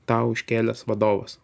tau iškėlęs vadovas